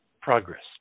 progress